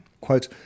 Quote